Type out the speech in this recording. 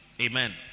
Amen